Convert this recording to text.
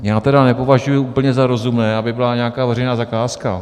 Já tedy nepovažuji úplně za rozumné, aby byla nějaká veřejná zakázka.